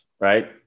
right